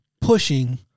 pushing